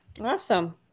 Awesome